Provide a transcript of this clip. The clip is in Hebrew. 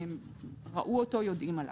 ראו אותו ויודעים עליו.